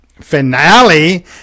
finale